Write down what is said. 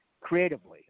creatively